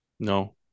No